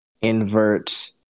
invert